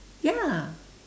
ya